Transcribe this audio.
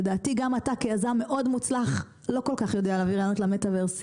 לדעתי גם אתה כיזם מאוד מוצלח לא כל כך יודע להביא רעיונות ל-metaverse.